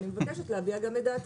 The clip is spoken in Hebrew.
אני מבקשת להביע גם את דעתי.